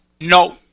No